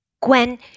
Gwen